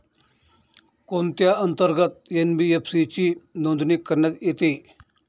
कोणत्या अंतर्गत एन.बी.एफ.सी ची नोंदणी करण्यात येते?